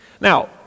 Now